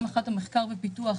ראשית, במחקר ופיתוח